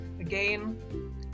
again